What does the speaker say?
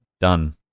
done